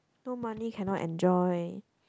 no money cannot enjoy